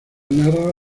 narra